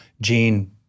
gene